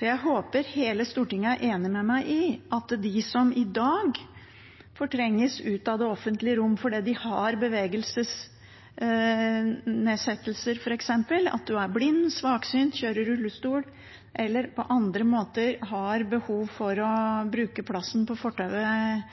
Jeg håper hele Stortinget er enig med meg i at de som i dag trenges ut av det offentlige rom fordi de f.eks. har bevegelsesnedsettelser – at man er blind, svaksynt, kjører rullestol eller på andre måter har behov for å bruke plassen på fortauet